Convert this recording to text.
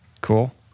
Cool